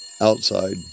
Outside